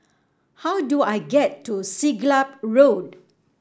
how do I get to Siglap Road